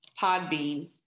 Podbean